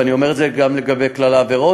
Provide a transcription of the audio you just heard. ואני אומר את זה גם לגבי כלל העבירות